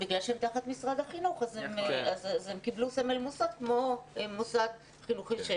בגלל שהם תחת משרד החינוך אז הם קיבלו סמל מוסד כמו מוסד חינוכי.